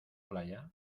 playa